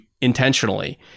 intentionally